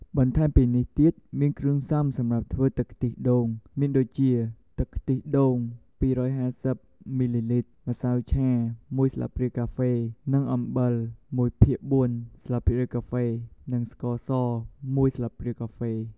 បន្ថែមពីនេះទៀតមានគ្រឿងផ្សំសម្រាប់ធ្វើទឹកខ្ទះដូងមានដូចជា ទឹកខ្ទះដូង២៥០មីលីលីត្រម្សៅឆាមួយស្លាបព្រាកាហ្វេនិងអំបិលមួយភាគបួនស្លាបព្រាកាហ្វនិងស្ករស១ស្លាបព្រាកាហ្វេ។